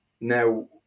Now